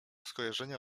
skojarzenia